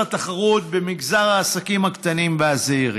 התחרות במגזר העסקים הקטנים והזעירים,